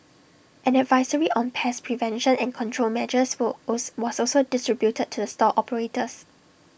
an advisory on pest prevention and control measures will was also distributed to the store operators